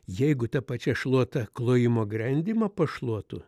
jeigu ta pačia šluota klojimo grendymą pašluotų